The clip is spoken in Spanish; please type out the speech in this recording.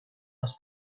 los